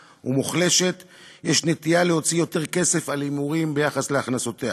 ומוחלשת יש נטייה להוציא יותר כסף על הימורים ביחס להכנסותיה.